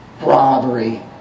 Robbery